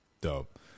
Dope